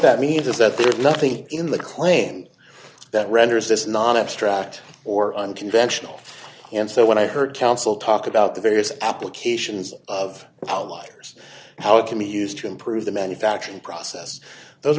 that means is that there is nothing in the claim that renders this not abstract or unconventional and so when i heard counsel talk about the various applications of outliers how it can be used to improve the manufacturing process those